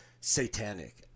satanic